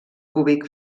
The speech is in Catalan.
cúbic